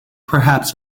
perhaps